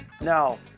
Now